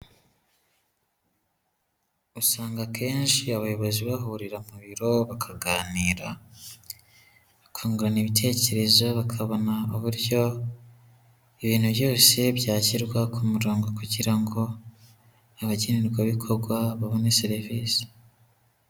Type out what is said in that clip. Usanga akenshi abayobozi bahurira mu biro bakaganira, bakungurana ibitekerezo bakabona uburyo ibintu byose byashyirwa ku murongo kugira ngo abagenerwabikorwa babone serivisi.